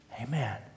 amen